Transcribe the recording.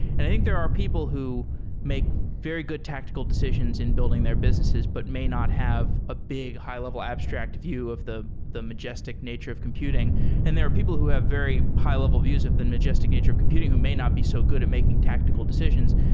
i think there are people who make very good tactical decisions in building their businesses but may not have being a big, high-level abstract view of the the majestic nature of computing and there are people who have very high-level views of the majestic nature of computing who may not be so good at making tactical decisions.